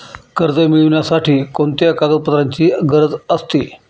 कर्ज मिळविण्यासाठी कोणत्या कागदपत्रांची गरज असते?